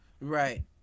Right